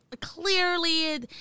clearly